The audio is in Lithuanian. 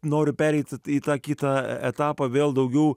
noriu pereiti į tą kitą etapą vėl daugiau